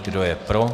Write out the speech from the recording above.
Kdo je pro?